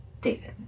David